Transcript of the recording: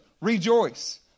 rejoice